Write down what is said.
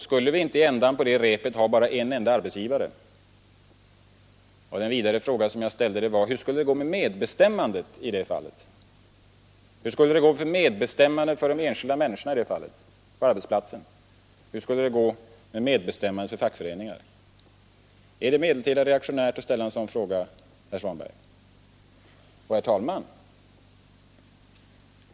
Skulle vi inte i änden på det repet ha bara en enda arbetsgivare? Min nästa fråga var: Hur skulle det gå med medbestämmandet på arbetsplatsen för de enskilda människorna i det fallet? Hur skulle det gå med medbestämmandet för fackföreningarna? Är det medeltida reaktionärt att ställa en sådan fråga, herr Svanberg? Herr talman!